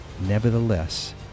Nevertheless